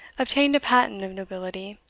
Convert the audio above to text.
obtained a patent of nobility,